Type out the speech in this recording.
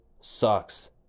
sucks